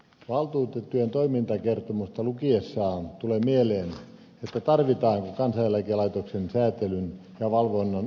valtuutettujen toimintakertomusta lukiessa tulee mieleen että tarvitaanko kansaneläkelaitoksen säätelyn ja valvonnan uusimista